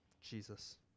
Jesus